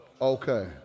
okay